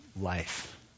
life